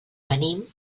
venim